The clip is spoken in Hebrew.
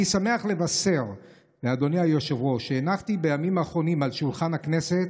אני שמח לבשר לאדוני היושב-ראש שהנחתי בימים האחרונים על שולחן הכנסת,